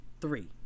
three